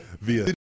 Via